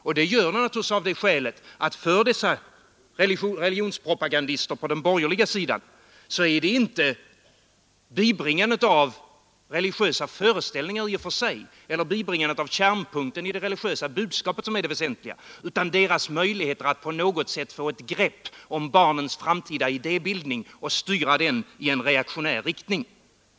Och det gör det naturligtvis av det skälet, att för dessa religiösa propagandister på den borgerliga sidan är det inte bibringandet av religiösa föreställningar i och för sig eller bibringandet av kärnpunkten i det religiösa budskapet som är det väsentliga, utan det är deras möjligheter att på något sätt få ett grepp om barnens framtida idébildning och styra den i en reaktionär riktning.